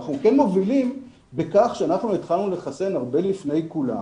אנחנו כן מובילים בכך שאנחנו התחלנו לחסן הרבה לפני כולם,